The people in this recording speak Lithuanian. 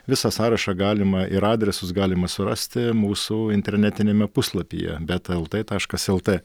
visą sąrašą galima ir adresus galima surasti mūsų internetiniame puslapyje beta lt taškas lt